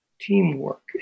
teamwork